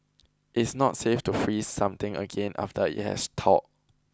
it's not safe to freeze something again after it has thawed